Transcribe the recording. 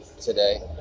today